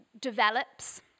develops